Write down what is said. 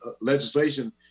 legislation